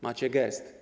Macie gest.